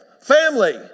family